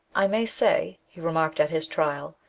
i may say, he remarked at his trial,